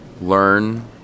learn